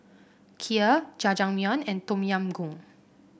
Kheer Jajangmyeon and Tom Yam Goong